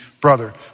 brother